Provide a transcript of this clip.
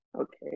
Okay